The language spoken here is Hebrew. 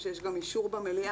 שיש גם אישור במליאה.